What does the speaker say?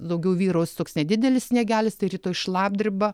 daugiau vyraus toks nedidelis sniegelis tai rytoj šlapdriba